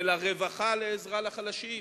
ולרווחה, לעזרה לחלשים,